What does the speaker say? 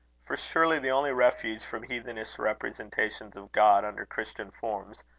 for surely the only refuge from heathenish representations of god under christian forms,